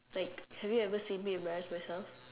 like have you ever see me embarrass myself